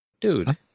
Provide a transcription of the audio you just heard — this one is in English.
Dude